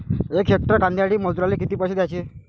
यक हेक्टर कांद्यासाठी मजूराले किती पैसे द्याचे?